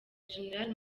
jenerali